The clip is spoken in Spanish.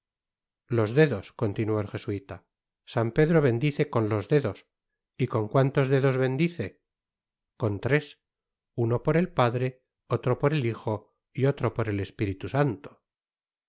los dedos continuó el jesuita san pedro bendice con los dedos y con cuantos dedos bendice con ties uno por el padre otro por el hijo y otro por el espiritu santo